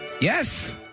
Yes